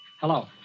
Hello